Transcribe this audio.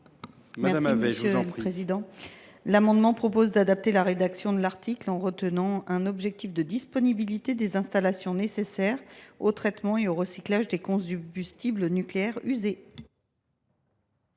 Mme Nadège Havet. Cet amendement vise à adapter la rédaction de l’article en retenant un objectif de disponibilité des installations nécessaires au traitement et au recyclage des combustibles nucléaires usés.